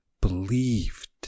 believed